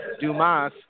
Dumas